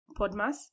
Podmas